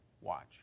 Watch